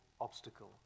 obstacle